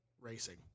racing